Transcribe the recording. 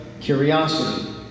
curiosity